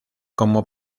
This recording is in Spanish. como